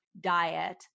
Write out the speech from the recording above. diet